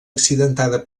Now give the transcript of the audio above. accidentada